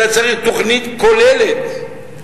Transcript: אתה צריך תוכנית כוללת.